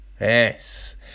Yes